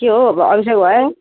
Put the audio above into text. के हो भ अभिषेक भाइ